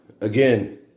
again